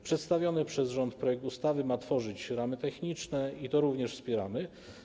Przedstawiony przez rząd projekt ustawy ma tworzyć ramy techniczne i to również wspieramy.